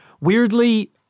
Weirdly